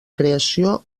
creació